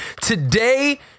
Today